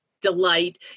delight